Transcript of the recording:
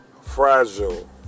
fragile